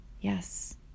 Yes